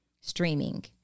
streaming